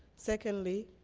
secondly,